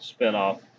spinoff